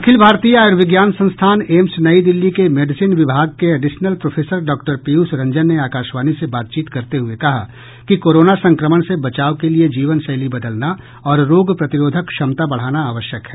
अखिल भारतीय आयूर्विज्ञान संस्थान एम्स नई दिल्ली के मेडिसिन विभाग के एडिशनल प्रोफेसर डॉ पीयूष रंजन ने आकाशवाणी से बातचीत करते हुए कहा कि कोरोना संक्रमण से बचाव के लिये जीवनशैली बदलना और रोग प्रतिरोधक क्षमता बढ़ाना आवश्यक है